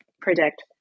predict